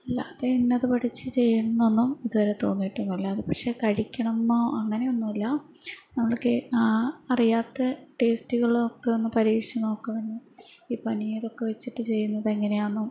അല്ലാതെ ഇന്നത് പഠിച്ച് ചെയ്യണം എന്നൊന്നും ഇതുവരെ തോന്നിയിട്ടൊന്നും അല്ലാതെ പക്ഷേ കഴിക്കണം എന്നോ അങ്ങനെയൊന്നുമില്ല നമ്മൾക്ക് അറിയാത്ത ടേസ്റ്റുകളൊക്കെ ഒന്നു പരീക്ഷിച്ചു നോക്കണം എന്ന് ഈ പനീറൊക്കെ വച്ചിട്ട് ചെയ്യുന്നത് എങ്ങനെയാണെന്നും